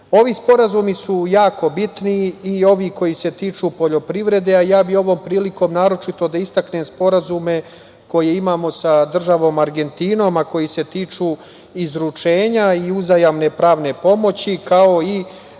sporazumi su jako bitni i ovi koji se tiču poljoprivrede. Ovom prilikom ja bih naročito da istaknem sporazume koje imamo sa državom Argentinom, a koji se tiču izručenja i uzajamne pravne pomoći, kao i